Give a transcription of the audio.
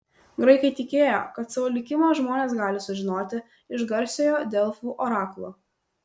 graikai tikėjo kad savo likimą žmonės gali sužinoti iš garsiojo delfų orakulo